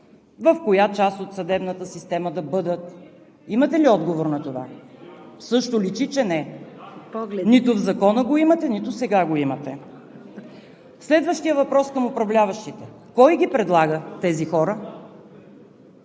в коя част от съдебната система да бъдат? Имате ли отговор на това? Също личи, че не. (Оживление в ГЕРБ.) Нито в Закона го имате, нито сега го имате. Следващият въпрос към управляващите: кой ги предлага тези хора?